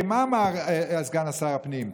כי מה אמר סגן שר הפנים?